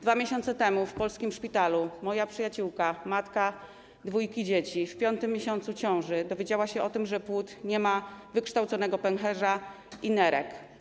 2 miesiące temu w polskim szpitalu moja przyjaciółka, matka dwójki dzieci w piątym miesiącu ciąży dowiedziała się o tym, że płód nie ma wykształconego pęcherza i nerek.